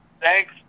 Thanks